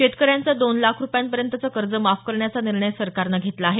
शेतकऱ्यांचं दोन लाख रुपयांपर्यंतचं कर्ज माफ करण्याचा निर्णय सरकारन घेतला आहे